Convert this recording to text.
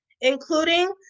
including